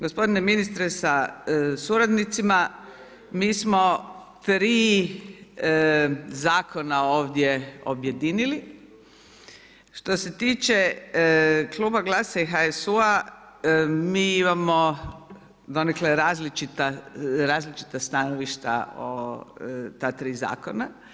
Gospodine ministre sa suradnicima, mi smo 3 zakona ovdje objedinili, što se tiče Kluba GLAS-a i HSU-a mi imamo donekle različita stajališta o ta 3 zakona.